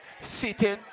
sitting